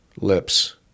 lips